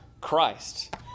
Christ